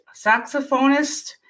saxophonist